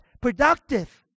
productive